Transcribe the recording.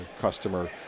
customer